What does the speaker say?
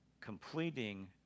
completing